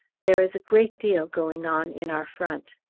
there is a great deal going on in our front.